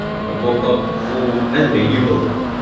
a popup form and menu builder.